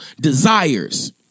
desires